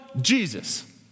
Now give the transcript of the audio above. Jesus